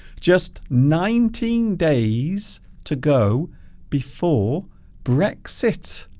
just nineteen days to go before brexit